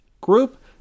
Group